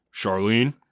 Charlene